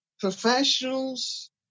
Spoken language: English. professionals